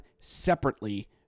separately